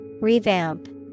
Revamp